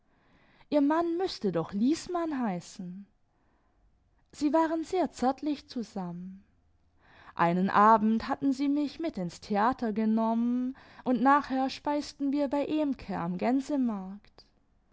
ihr mann müßte dodi liesmann heißen sie waren sehr zärtlich zusammen einen abend hatten sie mich mit ins theater genommen und nachher speisten wir bei ehmke am